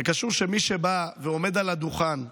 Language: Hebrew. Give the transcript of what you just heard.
זה קשור, כי מי שבא ועומד על הדוכן וצועק,